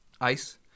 ice